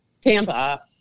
Tampa